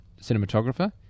cinematographer